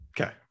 Okay